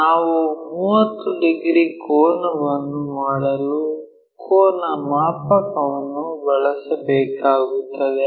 ನಾವು 30 ಡಿಗ್ರಿ ಕೋನವನ್ನು ಮಾಡಲು ಕೋನಮಾಪಕವನ್ನು ಬಳಸಬೇಕಾಗುತ್ತದೆ